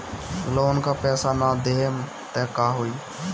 Loan का पैस न देहम त का होई?